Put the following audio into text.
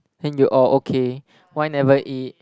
hen you are okay why ever eat